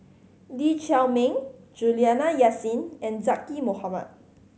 Lee Chiaw Meng Juliana Yasin and Zaqy Mohamad